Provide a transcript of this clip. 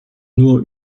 nur